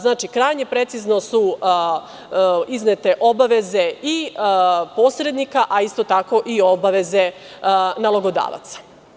Znači, krajnje precizno su iznete obaveze i posrednika, a isto tako i obaveze nalogodavaca.